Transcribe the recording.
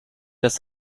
das